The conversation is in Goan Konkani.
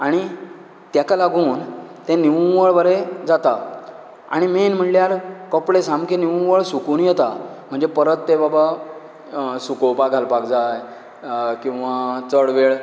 आनी तेका लागून तें निव्वळ बरें जाता आनी मेन म्हळ्यार कपडे सामकें निव्वळ सुकून येतात म्हणजे परत तें बाबा सुकोवपाक घालपाक जाय किंवां चड वेळ